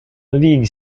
league